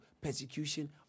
persecution